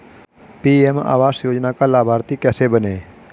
PM आवास योजना का लाभर्ती कैसे बनें?